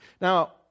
Now